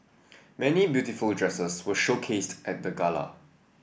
many beautiful dresses were showcased at the gala